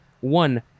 One